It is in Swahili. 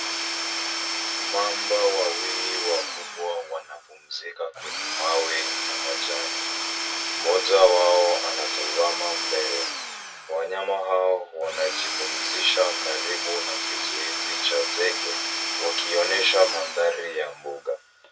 Mamba wawili wakubwa wanapumzika kwenye mawe na majani. Mmoja wao anatazama mbele. Wanyama hao wanajipumzisha karibu na kizuizi cha zege wakionesha mandhari ya mbuga.